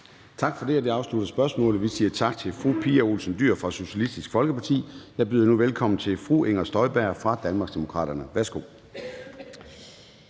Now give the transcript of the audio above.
Tak for det. Det afslutter spørgsmålet. Vi siger tak til fru Pia Olsen Dyhr fra Socialistisk Folkeparti. Jeg byder nu velkommen til fru Inger Støjberg fra Danmarksdemokraterne. Værsgo.